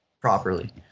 properly